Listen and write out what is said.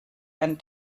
and